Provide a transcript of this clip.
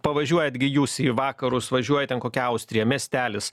pavažiuojat gi jūs į vakarus važiuojat ten kokią austriją miestelis